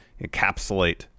encapsulate